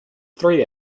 three